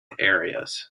areas